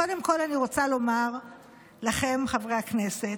קודם כול, אני רוצה לומר לכם, חברי הכנסת,